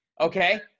okay